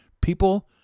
People